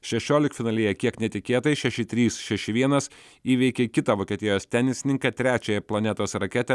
šešioliktfinalyje kiek netikėtai šeši trys šeši vienas įveikė kitą vokietijos tenisininkę trečiąją planetos raketę